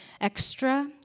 extra